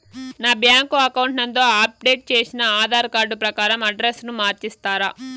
నా bank account నందు update చేసిన ఆధార్ కార్డు ప్రకారం అడ్రస్ ను మార్చిస్తారా?